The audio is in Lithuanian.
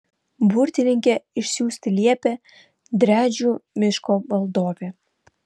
burtininkę išsiųsti liepė driadžių miško valdovė